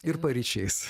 ir paryčiais